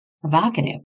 Provocative